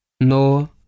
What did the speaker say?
no